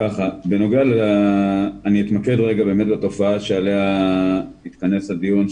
אני אתמקד רגע באמת בתופעה שעליה התכנס הדיון,